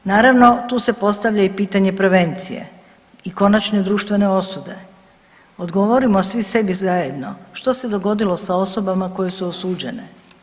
Naravno tu se postavlja i pitanje prevencije i konačne društvene osude, odgovorimo svi sebi zajedno, što se dogodilo sa osobama koje su osuđene?